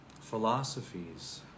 Philosophies